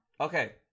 Okay